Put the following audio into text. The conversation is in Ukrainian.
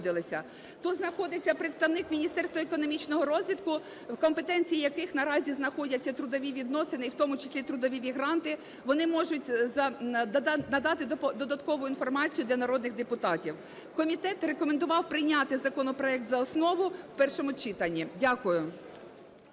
Тут знаходиться представник Міністерства економічного розвитку, в компетенції яких наразі знаходиться трудові відносини, і в тому числі трудові мігранти. Вони можуть надати додаткову інформацію для народних депутатів. Комітет рекомендував прийняти законопроект за основу в першому читанні. Дякую.